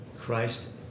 Christ